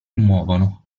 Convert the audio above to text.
muovono